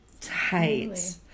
Tight